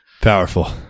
Powerful